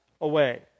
away